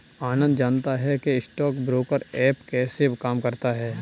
आनंद जानता है कि स्टॉक ब्रोकर ऐप कैसे काम करता है?